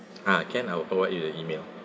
ah can I'll provide you the email